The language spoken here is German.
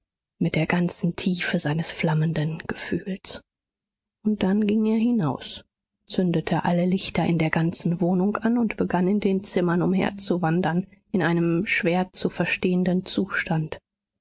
mit der ganzen tiefe seines flammenden gefühls und dann ging er hinaus zündete alle lichter in der ganzen wohnung an und begann in den zimmern umherzuwandern in einem schwer zu verstehenden zustand